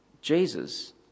Jesus